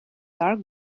dark